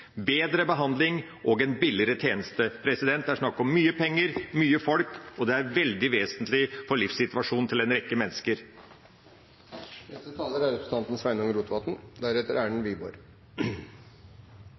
bedre behandling og en billigere tjeneste. Det er snakk om mye penger og mye folk, og det er veldig vesentlig for livssituasjonen til en rekke mennesker. Utgiftssida på arbeids- og sosialbudsjettet er